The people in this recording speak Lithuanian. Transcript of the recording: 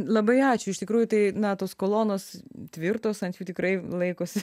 labai ačiū iš tikrųjų tai na tos kolonos tvirtos ant jų tikrai laikosi